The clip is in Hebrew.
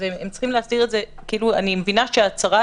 יש הרבה